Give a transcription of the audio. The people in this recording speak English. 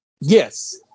Yes